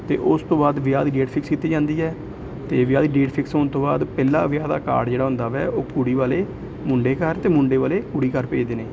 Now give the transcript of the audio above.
ਅਤੇ ਉਸ ਤੋਂ ਬਾਅਦ ਵਿਆਹ ਦੀ ਡੇਟ ਫਿਕਸ ਕੀਤੀ ਜਾਂਦੀ ਹੈ ਅਤੇ ਵਿਆਹ ਦੀ ਡੇਟ ਫਿਕਸ ਹੋਣ ਤੋਂ ਬਾਅਦ ਪਹਿਲਾ ਵਿਆਹ ਦਾ ਕਾਰਡ ਜਿਹੜਾ ਹੁੰਦਾ ਹੈ ਉਹ ਕੁੜੀ ਵਾਲੇ ਮੁੰਡੇ ਘਰ ਅਤੇ ਮੁੰਡੇ ਵਾਲੇ ਕੁੜੀ ਘਰ ਭੇਜਦੇ ਨੇ